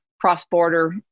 cross-border